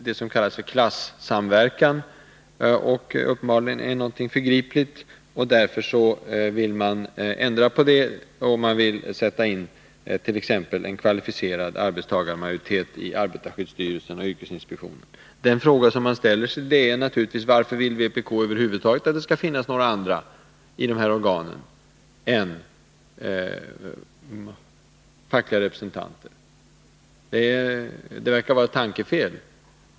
Det som man kallar klassamverkan är uppenbarligen något förgripligt, och därför vill man ändra på det och sätta in t.ex. en kvalificerad arbetstagarmajoritet i arbetarskyddsstyrelsen och yrkesinspektionen. Den fråga som jag då ställer mig är naturligtvis: Varför vill vpk att det i dessa organ över huvud taget skall finnas några andra än fackliga representanter?